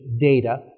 data